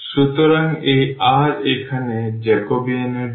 সুতরাং এই r এখানে জ্যাকোবিয়ান এর জন্য